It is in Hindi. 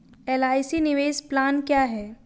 एल.आई.सी निवेश प्लान क्या है?